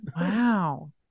Wow